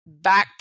backpack